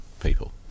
people